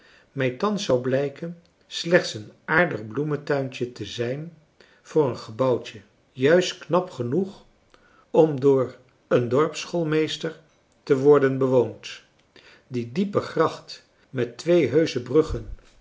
thans zou blijken slechts een aardig bloemtuintje te zijn voor een gebouwtje juist knap genoeg om door een dorpsschoolmeester te worden bewoond die diepe gracht met twee heusche bruggen